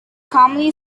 commonly